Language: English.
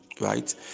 right